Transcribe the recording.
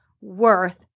worth